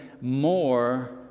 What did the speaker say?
more